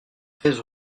treize